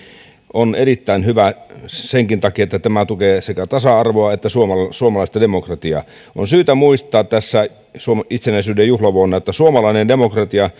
on erittäin hyvä senkin takia että tämä tukee sekä tasa arvoa että suomalaista suomalaista demokratiaa on syytä muistaa tässä suomen itsenäisyyden juhlavuonna että suomalainen demokratia